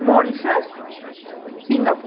Mauritius Singapore